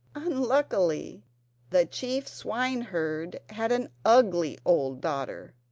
unluckily the chief swineherd had an ugly old daughter,